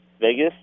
Vegas